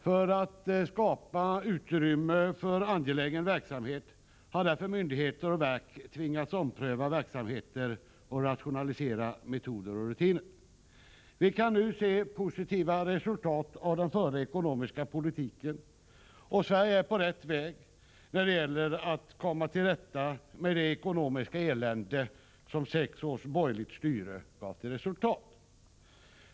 För att skapa utrymme för angelägen verksamhet har därför myndigheter och verk tvingats ompröva verksamheter och rationalisera metoder och rutiner. Vi kan nu se positiva resultat av den förda ekonomiska politiken, och Sverige är på rätt väg när det gäller att komma till rätta med det ekonomiska elände som sex års borgerligt styre gav till resultat.